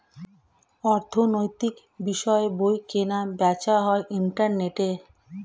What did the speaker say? অর্থনৈতিক বিষয়ের বই কেনা বেচা হয় ইন্টারনেটে